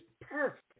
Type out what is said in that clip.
perfect